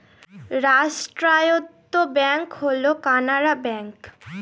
রাষ্ট্রায়ত্ত ব্যাঙ্ক হল কানাড়া ব্যাঙ্ক